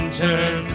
turn